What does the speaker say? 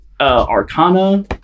Arcana